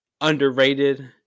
underrated